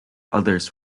others